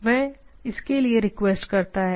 और वह इसके लिए रिक्वेस्ट करता है